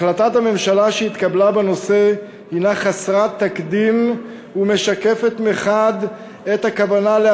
החלטת הממשלה שהתקבלה בנושא היא חסרת תקדים ומשקפת את הכוונה מחד גיסא